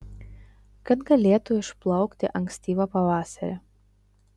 kad galėtų išplaukti ankstyvą pavasarį